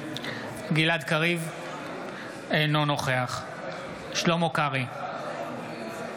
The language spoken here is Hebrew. בהצבעה גלעד קריב, אינו נוכח שלמה קרעי,